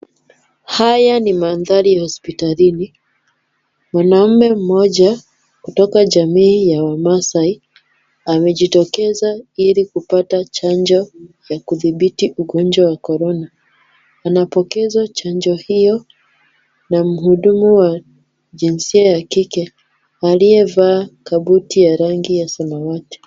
Haya ni mandhari ya hospitalini. Mwanamume mmoja kutoka jamii ya wamaasai, amejitokeza ili kupata chanjo ya kuthibiti ugonjwa wa korona. Anapokezwa chanjo hiyo na mhudumu wa jinsia ya kike, aliyevaa kabuti ya rangi ya samawati.